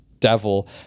devil